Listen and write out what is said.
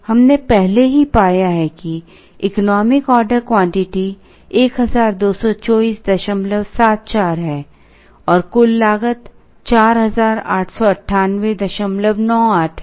हमने पहले ही पाया है कि इकोनॉमिक ऑर्डर क्वांटिटी 122474 है और कुल लागत 489898 है